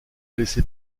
laissez